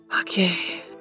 Okay